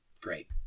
great